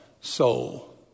soul